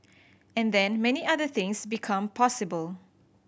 and then many other things become possible